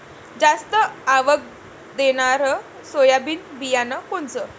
जास्त आवक देणनरं सोयाबीन बियानं कोनचं?